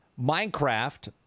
Minecraft